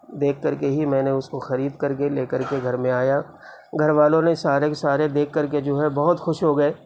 دیکھ کر کے ہی میں نے اس کو خرید کر کے لے کر کے گھر میں آیا گھر والوں نے سارے کے سارے دیکھ کر کے جو ہے بہت خوش ہو گئے